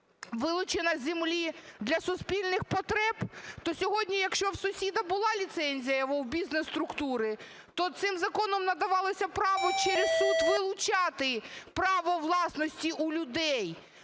вилучення землі для суспільних потреб, то сьогодні, якщо у сусіда була ліцензія, у бізнес-структурі, то цим законом надавалось право через суд вилучати право власності у людей.